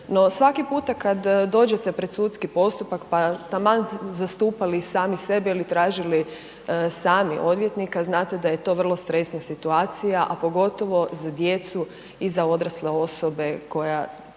svaki puta kada dođete pred sudski postupak pa, taman zastupali i sami sebe ili tražili sami odvjetnika, znate da je to vrlo stresna situacija, a pogotovo za djecu i za odrasle osobe koja